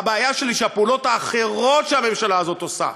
הבעיה שלי היא שהפעולות האחרות שהממשלה הזאת עושה,